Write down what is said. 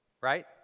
Right